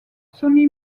sony